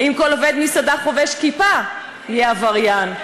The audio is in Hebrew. האם כל עובד מסעדה חובש כיפה יהיה עבריין,